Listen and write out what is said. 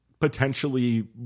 potentially